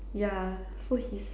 yeah so he's